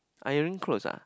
iron clothes ah